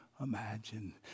imagine